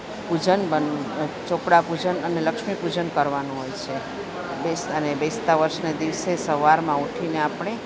પૂજન બનવું ચોપડા પૂજન અને લક્ષ્મી પૂજન કરવાનું હોય છે બેસતા ને બેસતા વર્ષના દિવસે સવારમાં ઊઠીને આપણે